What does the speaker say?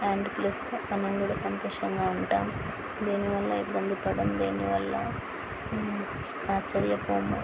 and plus మనం కూడా సంతోషంగా ఉంటాం దేని వల్ల ఇబ్బంది పడం దేని వల్ల ఆశ్చర్యపోము